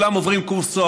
כולם עוברים קורס צוערים,